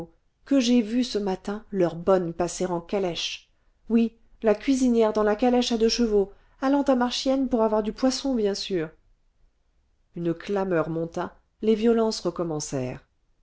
que j'ai vu ce matin leur bonne passer en calèche oui la cuisinière dans la calèche à deux chevaux allant à marchiennes pour avoir du poisson bien sûr une clameur monta les violences recommencèrent